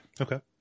Okay